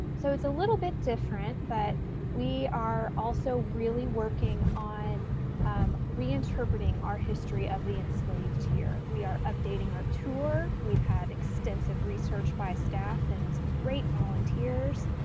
and so it's a little bit different, but we are also really working on reinterpreting our history of the enslaved here. we are updating our tour, we've had extensive research by staff and some great volunteers,